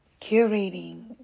curating